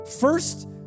first